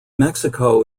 mexico